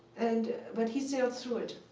and but he sailed through it.